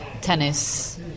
tennis